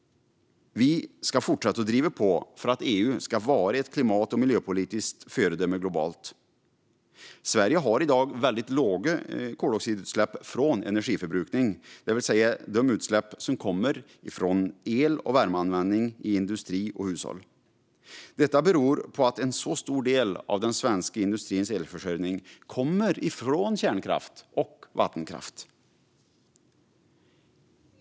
Vi ska fortsätta driva på för att EU ska vara ett klimat och miljöpolitiskt föredöme globalt. Sverige har i dag mycket låga koldioxidutsläpp från energiförbrukning, det vill säga de utsläpp som kommer från el och värmeanvändning i industri och hushåll. Detta beror på att en så stor del av den svenska industrins elförsörjning kommer från kärnkraft och vattenkraft.